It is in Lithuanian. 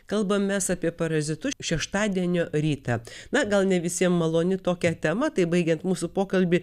kalbamės apie parazitus šeštadienio rytą na gal ne visiem maloni tokia tema tai baigiant mūsų pokalbį